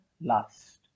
last